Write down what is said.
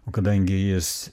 o kadangi jis